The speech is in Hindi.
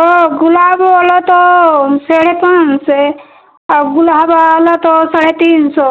ओ गुलाब वाला तो साढ़े पाँच से औ गुलहर वाला तो साढ़े तीन सौ